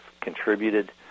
contributed